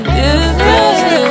different